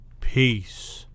Peace